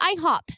IHOP